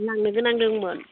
लांनो गोनां दंमोन